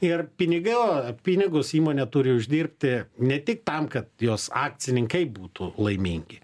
ir pinigai o pinigus įmonė turi uždirbti ne tik tam kad jos akcininkai būtų laimingi